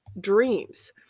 dreams